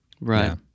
Right